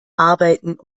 arbeiten